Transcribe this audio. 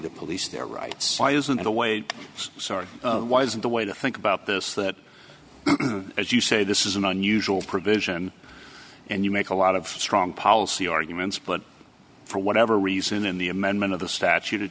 to police their rights why isn't it a way sorry why is it the way to think about this that as you say this is an unusual provision and you make a lot of strong policy arguments but for whatever reason in the amendment of the statute